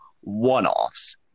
one-offs